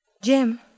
Jim